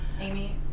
Amy